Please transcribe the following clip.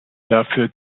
dafür